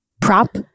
Prop